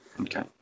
okay